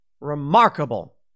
Remarkable